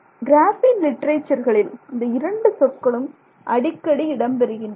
graphene லிட்டரேச்சர்களில் இந்த இரண்டு சொற்களும் அடிக்கடி இடம்பெறுகின்றன